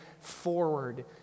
forward